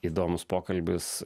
įdomus pokalbis